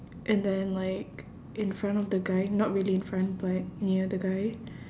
and then like in front of the guy not really in front but near the guy